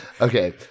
Okay